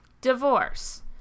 divorce